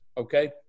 okay